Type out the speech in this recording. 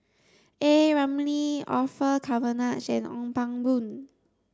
A Ramli Orfeur Cavenagh and Ong Pang Boon